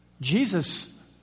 Jesus